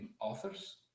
authors